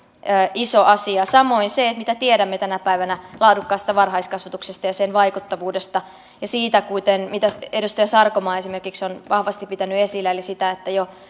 iso asia samoin se mitä tiedämme tänä päivänä laadukkaasta varhaiskasvatuksesta ja sen vaikuttavuudesta ja siitä mitä edustaja sarkomaa esimerkiksi on vahvasti pitänyt esillä että